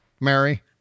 Mary